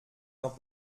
noch